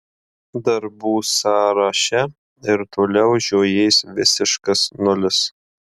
darbų sąraše ir toliau žiojės visiškas nulis